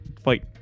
fight